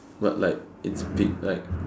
but like it's dig like